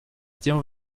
тем